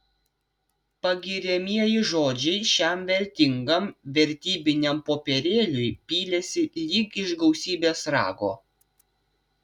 pagiriamieji žodžiai šiam vertingam vertybiniam popierėliui pylėsi lyg iš gausybės rago